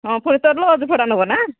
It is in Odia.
ହଁ ଭଡ଼ା ନେବ ନା